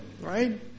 Right